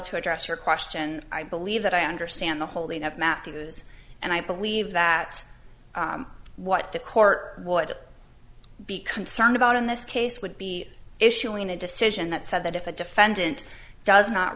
to address your question i believe that i understand the holding of matthews and i believe that what the court would be concerned about in this case would be issuing a decision that said that if a defendant does not